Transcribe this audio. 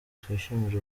twishimire